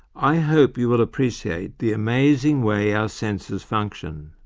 i hope you will appreciate the amazing way our senses function.